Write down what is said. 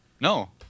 No